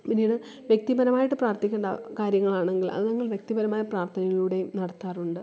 പിന്നീട് വ്യക്തിപരമായിട്ട് പ്രാര്ത്ഥിക്കണ്ട കാര്യങ്ങളാണെങ്കില് അതു ഞങ്ങള് വ്യക്തിപരമായ പ്രാര്ത്ഥനയിലൂടെയും നടത്താറുണ്ട്